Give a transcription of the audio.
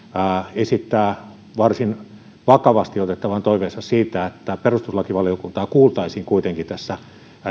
esittää varsin vakavasti otettavan toiveensa siitä että perustuslakivaliokuntaa kuitenkin kuultaisiin tässä